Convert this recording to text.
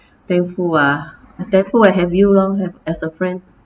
thankful !wah! thankful I have you lor as a friend